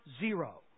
zero